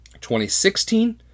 2016